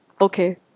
Okay